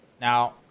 now